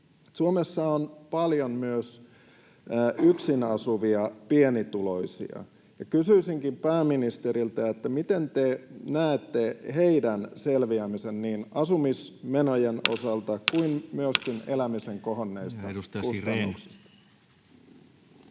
Suomessa on paljon myös yksin asuvia pienituloisia, ja kysyisinkin pääministeriltä: miten te näette heidän selviämisensä niin asumismenojen osalta kuin myöskin elämisen kohonneista kustannuksista?